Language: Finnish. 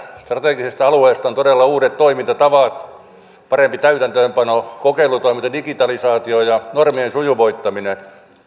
strategisesta alueesta on todella uudet toimintatavat parempi täytäntöönpano kokeilutoiminta digitalisaatio ja normien sujuvoittaminen